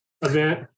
event